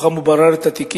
מתוכם הוא ברר את התיקים